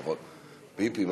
לפחות פיפי,